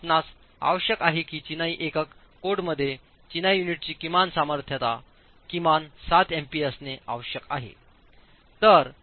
आपणास आवश्यक आहे की चिनाई एकक कोडमध्ये चिनाई युनिटची किमान सामर्थ्य किमान 7 एमपीए असणे आवश्यक आहे